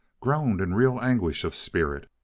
groaned in real anguish of spirit.